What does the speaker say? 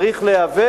אני צריך להיאבק